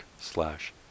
slash